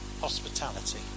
Hospitality